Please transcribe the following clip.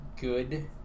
good